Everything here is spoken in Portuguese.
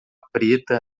preta